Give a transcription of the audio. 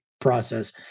process